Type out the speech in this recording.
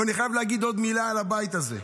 אבל אני חייב להגיד עוד מילה על הבית הזה.